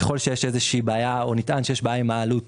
ככל שנטען שיש בעיה עם העלות